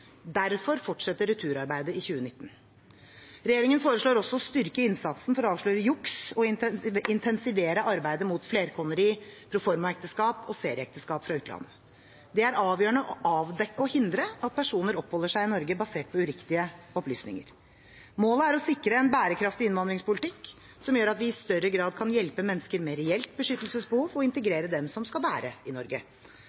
Derfor fortsetter returarbeidet i 2019. Regjeringen foreslår også å styrke innsatsen for å avsløre juks og intensivere arbeidet mot flerkoneri, proformaekteskap og serieekteskap fra utlandet. Det er avgjørende å avdekke og hindre at personer oppholder seg i Norge basert på uriktige opplysninger. Målet er å sikre en bærekraftig innvandringspolitikk, som gjør at vi i større grad kan hjelpe mennesker med reelt beskyttelsesbehov, og